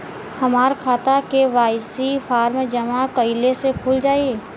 हमार खाता KYC form जमा कइले से खुल जाई?